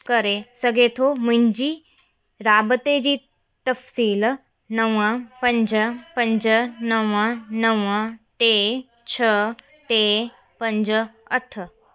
करे सघे थो मुंहिंजी राब्ते जी तफ़्सील नवं पंज पंज नवं नवं टे छ टे पंज अठ